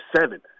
seven